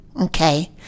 Okay